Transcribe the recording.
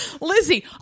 Lizzie